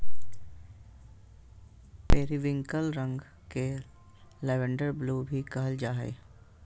periwinkle रंग के lavender blue भी कहल जा हइ